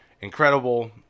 incredible